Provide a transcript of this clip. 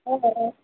हो हो हो